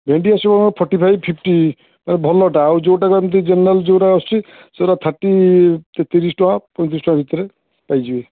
ଭେଣ୍ଡି ଆସିବ forty five fifty ଭଲଟା ଆଉ ଯେଉଁଟାକ ଏମିତି ଜେନେରାଲ୍ ଯେଉଁରା ଆସୁଛି ସେରା ଥାର୍ଟି ତିରିଶ ଟଙ୍କା ପଇଁତିରିଶ ଟଙ୍କା ଭିତରେ ପାଇଯିବେ